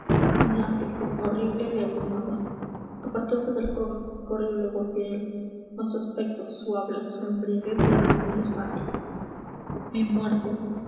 una aflicción horrible le abrumaba apartose del joven corrió luego hacia él mas su aspecto su habla su embriaguez le llenaron de espanto mi muerte